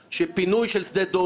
שפינוי של שדה דב,